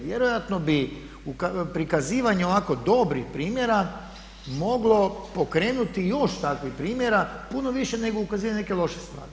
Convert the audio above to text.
Vjerojatno bi prikazivanje ovako dobrih primjera moglo pokrenuti još takvih primjera puno više nego ukazivanje na neke loše stvari.